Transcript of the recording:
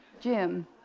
Jim